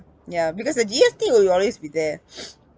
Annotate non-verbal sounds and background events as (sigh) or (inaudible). ya because the G_S_T will always be there (noise)